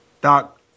Doc